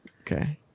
Okay